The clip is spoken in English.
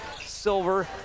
silver